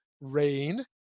rain